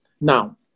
Now